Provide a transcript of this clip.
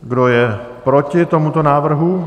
Kdo je proti tomuto návrhu?